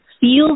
feels